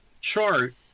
chart